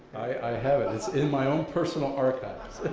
i had it, it's in my own personal artifacts.